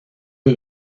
her